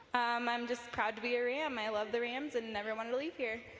i'm just proud to be a ram, i love the rams and never want to leave here.